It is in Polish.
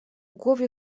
głowie